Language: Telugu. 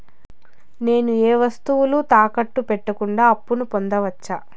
నేను ఏ వస్తువులు తాకట్టు పెట్టకుండా అప్పును పొందవచ్చా?